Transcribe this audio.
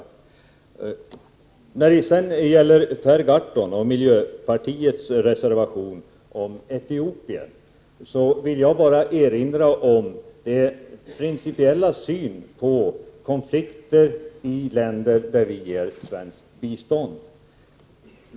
Så till Per Gahrton och miljöpartiets reservation om Etiopien. Jag vill bara erinra om den principiella syn vi har på konflikter i länder som vi ger svenskt bistånd.